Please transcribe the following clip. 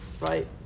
right